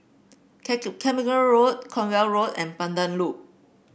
Carmichael Road Cornwall Road and Pandan Loop